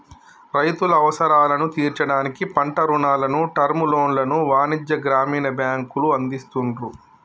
రైతుల అవసరాలను తీర్చడానికి పంట రుణాలను, టర్మ్ లోన్లను వాణిజ్య, గ్రామీణ బ్యాంకులు అందిస్తున్రు